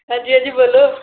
ਹਾਂਜੀ ਹਾਂਜੀ ਬੋਲੋ